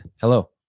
Hello